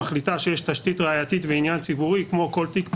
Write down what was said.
מחליטה שיש תשתית ראייתית ועניין ציבורי כמו כל תיק פלילי,